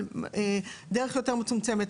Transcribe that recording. על דרך יותר מצומצמת,